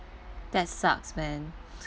that's sucks man